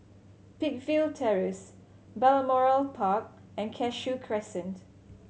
Peakville Terrace Balmoral Park and Cashew Crescent